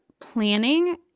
planning